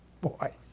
boy